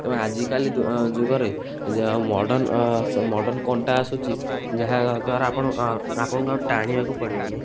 ଏବଂ ଆଜିକାଲି ଯୁଗରେ ମଡ଼ର୍ଣ୍ଣ ମଡ଼ର୍ଣ୍ଣ କଣ୍ଟା ଆସୁଛି ଯାହାଦ୍ୱାରା ଆପଣ ଆପଣଙ୍କୁ ଆଉ ଟାଣିବାକୁ ପଡ଼ିବନି